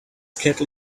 kettle